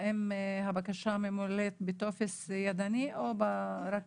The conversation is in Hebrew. האם הבקשה ממולאת בטופס ידני או רק בדיגיטל?